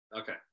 Okay